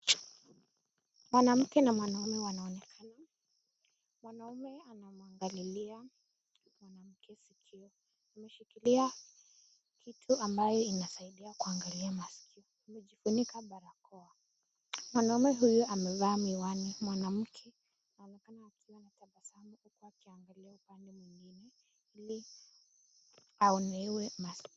Mwamke na mwaume wanaonekana. Mwanaume anamwangalilia mwanamke sikio. Ameshikila kitu ambayo inasaidia kuangali masikio amejifunika barakoa. Mwanaume huyu amevaa miwani, mwanamke anaonekana akiwa na tabasamu huku akiangalia upande mwingine ili aonewe masikio.